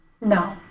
No